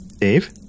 Dave